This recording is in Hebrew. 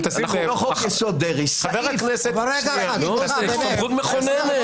לא, סמכות מכוננת.